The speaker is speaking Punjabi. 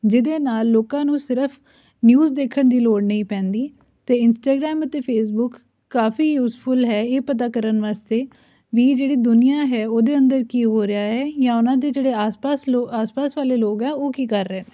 ਜਿਹਦੇ ਨਾਲ ਲੋਕਾਂ ਨੂੰ ਸਿਰਫ ਨਿਊਜ਼ ਦੇਖਣ ਦੀ ਲੋੜ ਨਹੀਂ ਪੈਂਦੀ ਅਤੇ ਇੰਸਟਾਗਰਾਮ ਅਤੇ ਫੇਸਬੁੱਕ ਕਾਫੀ ਯੂਜ਼ਫੁਲ ਹੈ ਇਹ ਪਤਾ ਕਰਨ ਵਾਸਤੇ ਵੀ ਜਿਹੜੀ ਦੁਨੀਆਂ ਹੈ ਉਹਦੇ ਅੰਦਰ ਕੀ ਹੋ ਰਿਹਾ ਹੈ ਜਾਂ ਉਹਨਾਂ ਦੇ ਜਿਹੜੇ ਆਸ ਪਾਸ ਲੋ ਆਸ ਪਾਸ ਵਾਲੇ ਲੋਕ ਹੈ ਉਹ ਕੀ ਕਰ ਰਹੇ